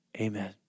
Amen